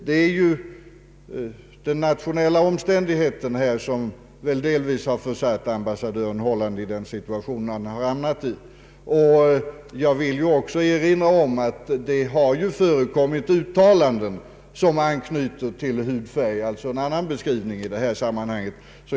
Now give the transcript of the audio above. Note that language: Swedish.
Det är ju det nationella momentet i denna definition som eventuellt skulle göra lagstiftningen aktuell i det Hollandska fallet. Jag vill också erinra om att det har förekommit uttalanden som anknytit till hudfärg, alltså en annan del av definitionen på rasdiskriminering.